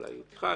אולי אתך,